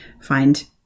find